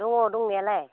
दङ दंनायालाय